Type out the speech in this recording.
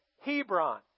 Hebron